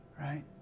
right